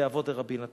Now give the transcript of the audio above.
באבות דרבי נתן,